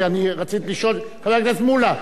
כי אני רציתי לשאול חבר הכנסת מולה,